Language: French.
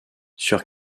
sur